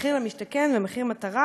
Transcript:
מחיר למשתכן ומחיר מטרה,